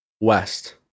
West